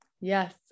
Yes